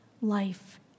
life